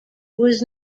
was